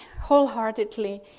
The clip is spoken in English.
wholeheartedly